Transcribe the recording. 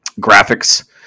graphics